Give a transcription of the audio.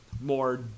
more